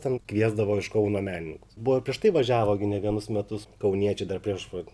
ten kviesdavo iš kauno menininkus buvo prieš tai važiavo gi ne vienus metus kauniečiai dar prieš vat